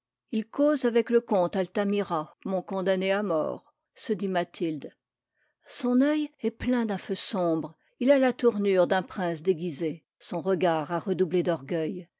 il cause avec le comte altamira mon condamné à mort se dit mathilde son oeil est plein d'un feu sombre il a la tournure d'un prince déguisé son regard à redoublé d'orgueil